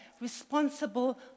responsible